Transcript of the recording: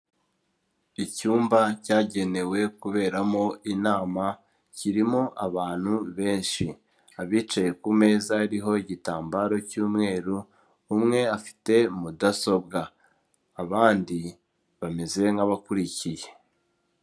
Icyumba cyagenewe kuberamo inama, kirimo abantu benshi, abicaye ku meza hariho igitambaro cy'umweru, umwe afite mudasobwa abandi bameze nk'abakurikiye.